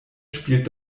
spielt